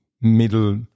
middle